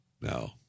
No